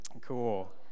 Cool